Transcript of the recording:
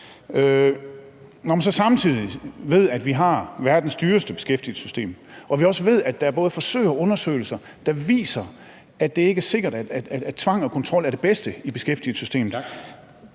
når vi så samtidig ved, at vi har verdens dyreste beskæftigelsessystem, og vi også ved, at der både er forsøg og undersøgelser, der viser, at det ikke er sikkert, at tvang og kontrol er det bedste i beskæftigelsessystemet